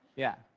yeah.